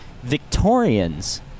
Victorians